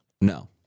No